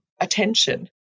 attention